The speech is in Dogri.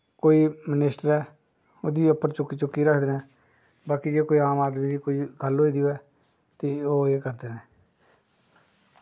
कोई मनिस्टर ऐ ओह्दे पर चुक्की चुक्की रखदे न बाकी जे कोई आम आदमी दी कोई गल्ल होई दी होऐ ते ओह् केह् करदे न